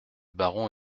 baron